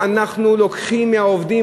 אנחנו לוקחים היום מהעובדים,